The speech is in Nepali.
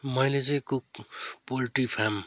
मैले चाहिँ कुक् पोल्ट्री फार्म